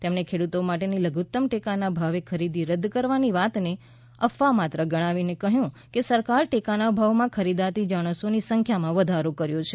તેમણે ખેડૂતો માટેની લધુત્તમ ટેકાના ભાવે ખરીદી રદ કરવાની વાતને અફવા માત્ર ગણાવીને કહ્યું કે સરકારે ટેકાના ભાવે ખરીદાતી જણસોની સંખ્યામાં વધારો કર્યો છે